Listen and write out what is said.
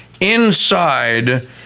inside